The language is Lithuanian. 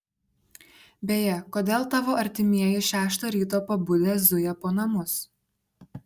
beje kodėl tavo artimieji šeštą ryto pabudę zuja po namus